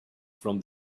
from